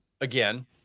again